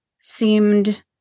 seemed